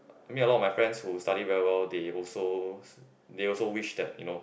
I mean a lot of my friends who study very well they also they also wish that you know